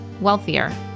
wealthier